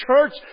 church